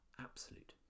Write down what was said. absolute